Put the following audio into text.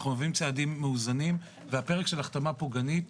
אנחנו מביאים צעדים מאוזנים והפרק של החתמה פוגענית,